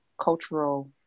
cultural